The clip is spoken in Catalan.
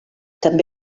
també